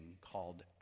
called